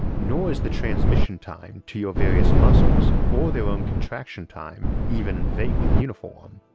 nor is the transmission time to your various muscles or their own contraction time even vaguely uniform.